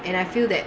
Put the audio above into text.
and I feel that